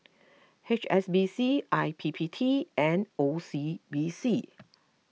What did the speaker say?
H S B C I P P T and O C B C